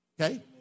Okay